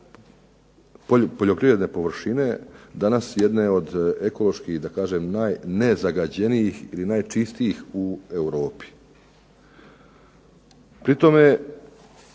poljoprivredne površine danas jedne od ekološki najnezagađenijih ili najčistijih u Europi.